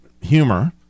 humor